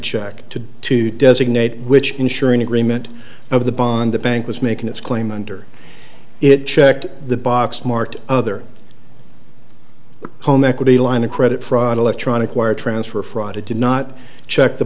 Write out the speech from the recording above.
check to to designate which insuring agreement of the bond the bank was making its claim under it checked the box marked other home equity line of credit fraud electronic wire transfer fraud it did not check the